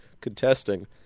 contesting